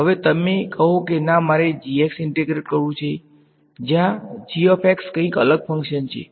હવે તમે કહો કે ના મારે ઈંટેગ્રેટ કરવુ છે જ્યા કંઈક અલગ ફંકશન છે